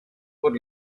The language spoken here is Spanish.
por